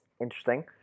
interesting